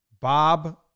Bob